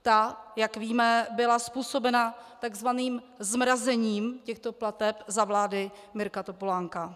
Ta, jak víme, byla způsobena takzvaným zmrazením těchto plateb za vlády Mirka Topolánka.